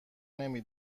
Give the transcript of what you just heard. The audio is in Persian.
نمی